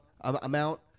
amount